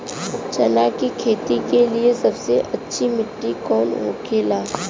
चना की खेती के लिए सबसे अच्छी मिट्टी कौन होखे ला?